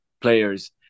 players